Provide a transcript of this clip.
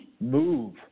move